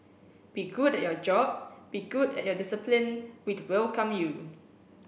be good at your job be good at your discipline we'd welcome you